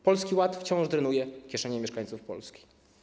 Polski Ład wciąż drenuje kieszenie mieszkańców Polski.